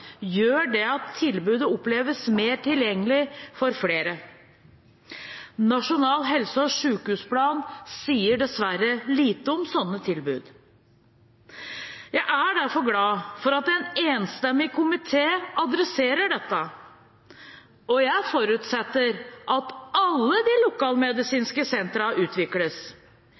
gjør det at tilbudet oppleves mer tilgjengelig for flere. Nasjonal helse- og sykehusplan sier dessverre lite om sånne tilbud. Jeg er derfor glad for at en enstemmig komité adresserer dette, og jeg forutsetter at alle de lokalmedisinske sentra utvikles.